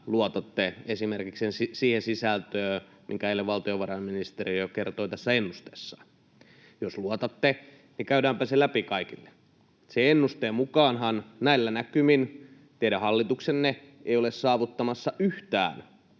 luotatte esimerkiksi siihen sisältöön, minkä eilen valtiovarainministeriö kertoi tässä ennusteessaan. Jos luotatte, niin käydäänpä se läpi kaikille. Sen ennusteen mukaanhan teidän hallituksenne ei ole näillä näkymin saavuttamassa yhtään